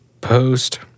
post